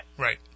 Right